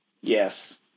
Yes